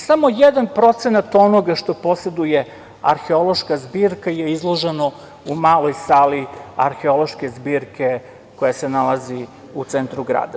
Samo jedan procenat onog što poseduje arheološka zbirka je izloženo u maloj sali arheološke zbirke koja se nalazi u centru grada.